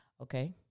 Okay